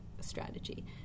strategy